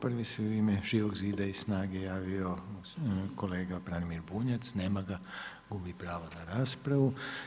Prvi se u ime Živog zida i SNAGA-e javio kolega Branimir Bunjac, nema ga, gubi pravo na raspravu.